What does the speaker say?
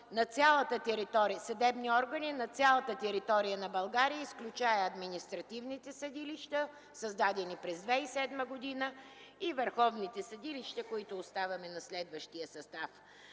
съдебни органи на цялата територия на България, изключвайки административните съдилища, създадени през 2007 г., и върховните съдилища, които оставяме на следващия състав